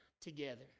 together